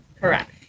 Correct